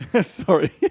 Sorry